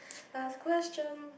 last question